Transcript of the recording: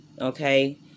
Okay